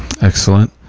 Excellent